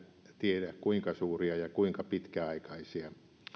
tiedä kuinka suuria ja kuinka pitkäaikaisia oli erittäin